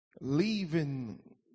leaving